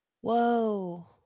Whoa